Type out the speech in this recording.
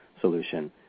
solution